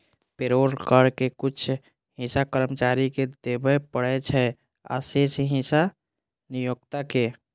payroll कर के कुछ हिस्सा कर्मचारी कें देबय पड़ै छै, आ शेष हिस्सा नियोक्ता कें